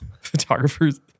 Photographers